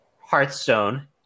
Hearthstone